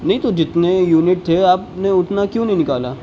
نہیں تو جتنے یونٹ تھے آپ نے اتنا کیوں نہیں نکالا